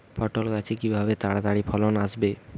পটল গাছে কিভাবে তাড়াতাড়ি ফলন আসবে?